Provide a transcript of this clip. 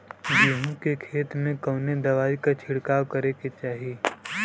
गेहूँ के खेत मे कवने दवाई क छिड़काव करे के चाही?